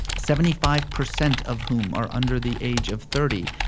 seventy five percent of whom are under the age of thirty,